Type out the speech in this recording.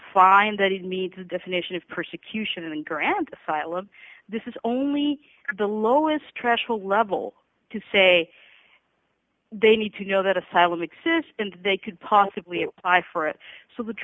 find that it meets the definition of persecution and grant asylum this is only the lowest stressful level to say they need to know that asylum exists and they could possibly apply for it so the